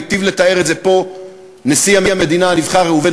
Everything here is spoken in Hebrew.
והיטיב לתאר את זה פה נשיא המדינה הנבחר ראובן